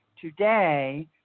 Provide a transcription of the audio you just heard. Today